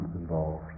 involved